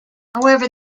however